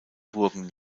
burgen